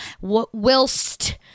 whilst